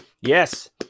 Yes